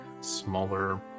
smaller